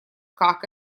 как